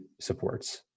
supports